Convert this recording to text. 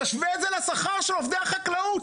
תשווה את זה לשכר עובדי החקלאות.